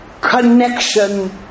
connection